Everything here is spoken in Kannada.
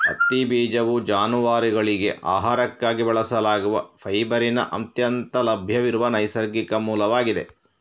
ಹತ್ತಿ ಬೀಜವು ಜಾನುವಾರುಗಳಿಗೆ ಆಹಾರಕ್ಕಾಗಿ ಬಳಸಲಾಗುವ ಫೈಬರಿನ ಅತ್ಯಂತ ಲಭ್ಯವಿರುವ ನೈಸರ್ಗಿಕ ಮೂಲವಾಗಿದೆ